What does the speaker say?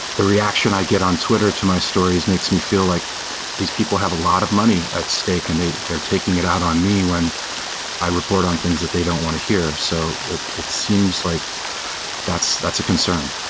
the reaction i get on twitter to my stories makes me feel like these people have a lot of money at stake and they they are taking it out on me when i report on things that they don't want to hear. so it seems like that's that's a concern.